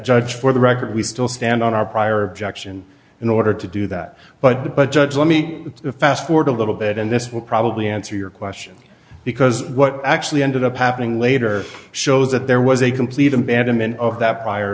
judge for the record we still stand on our prior objection in order to do that but the but judge let me fast forward a little bit and this will probably answer your question because what actually ended up happening later shows that there was a complete abandonment of that prior